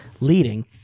leading